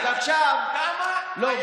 לא,